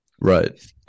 Right